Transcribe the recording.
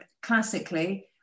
classically